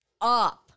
up